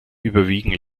überwiegen